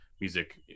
music